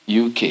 UK